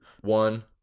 one